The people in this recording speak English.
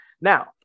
Now